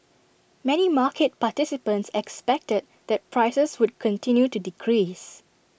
many market participants expected that prices would continue to decrease